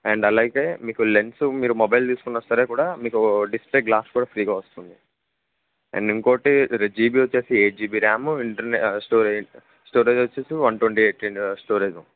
and అలాగే మీకు lens మీరు మొబైల్ తీసుకున్నా సరే కూడా మీకు డిస్ప్లే గ్లాస్ కూడా ఫ్రీగా వస్తుంది అండ్ ఇంకోకటి జిబి వచ్చి eight GB RAM internal store storage వచ్చి వన్ ట్వంటీ ఎయిట్ స్టోరేజ్ ఉంటుంది